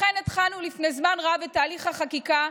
לכן התחלנו לפני זמן רב את תהליך החקיקה,